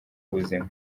ubuzima